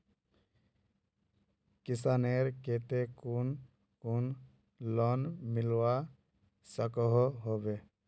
किसानेर केते कुन कुन लोन मिलवा सकोहो होबे?